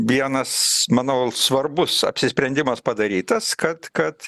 vienas manau svarbus apsisprendimas padarytas kad kad